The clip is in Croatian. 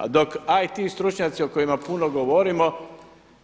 A dok IT stručnjaci o kojima puno govorimo